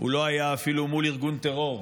הוא לא היה אפילו מול ארגון טרור.